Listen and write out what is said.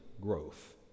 growth